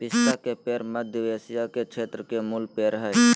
पिस्ता के पेड़ मध्य एशिया के क्षेत्र के मूल पेड़ हइ